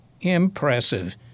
Impressive